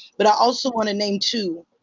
but i also want to name, too,